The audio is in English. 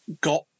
got